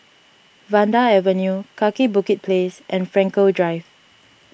Vanda Avenue Kaki Bukit Place and Frankel Drive